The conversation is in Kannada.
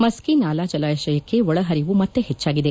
ಮಸ್ಕಿ ನಾಲಾ ಜಲಾಶಯಕ್ಕೆ ಒಳಹರಿವು ಮತ್ತೆ ಹೆಚ್ಚಾಗಿದೆ